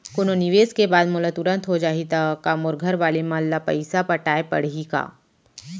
कोनो निवेश के बाद मोला तुरंत हो जाही ता का मोर घरवाले मन ला पइसा पटाय पड़ही का?